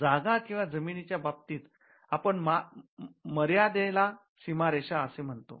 जागा किंवा जमीनीच्या बाबतीत आपण मर्यादेला सीमारेषा असे म्हणतो